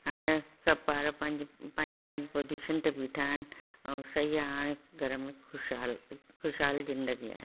हाणे सभु ॿार पंहिंजो पंहिंजो पंहिंजो पोजिशन ते ॿीठा आहिनि ऐं सही आहे हाणे घर में खुशहाल खुशहाल ज़िंदगी आहे